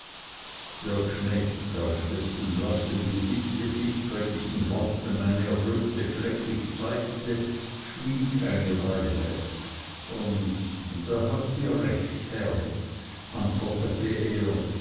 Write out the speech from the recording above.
der knecht auf dessen blassem gesicht sich bei diesen worten eine röte fleckig zeigte schwieg eine weile und da habt ihr recht herr antwortete er